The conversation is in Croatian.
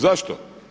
Zašto?